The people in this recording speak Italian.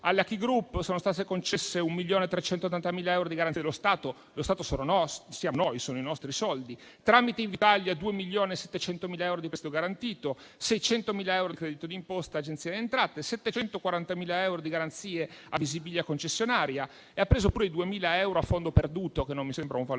alla Ki Group sono stati concessi 1,38 milioni di euro di garanzia dello Stato (lo Stato siamo noi, quindi sono i nostri soldi), tramite Invitalia 2,7 milioni di euro di prestito garantito, 600.000 euro di credito d'imposta dall'Agenzia delle entrate e 740.000 euro di garanzie a Visibilia concessionaria e ha preso pure 2.000 euro a fondo perduto, che non mi sembra un valore